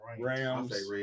Rams